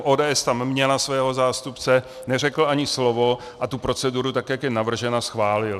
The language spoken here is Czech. ODS tam měla svého zástupce, neřekl ani slovo a proceduru, jak je navržena, schválil.